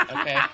Okay